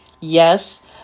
Yes